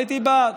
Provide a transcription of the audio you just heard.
הייתי בעד,